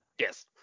Yes